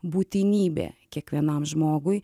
būtinybė kiekvienam žmogui